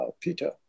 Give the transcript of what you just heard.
Peter